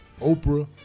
Oprah